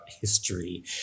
history